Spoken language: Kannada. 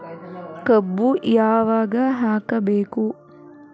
ಕಬ್ಬು ಯಾವಾಗ ಹಾಕಬೇಕು?